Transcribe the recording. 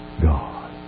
God